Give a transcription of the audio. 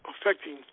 affecting